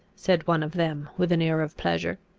said one of them with an air of pleasure,